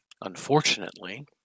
unfortunately